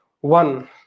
One